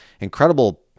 incredible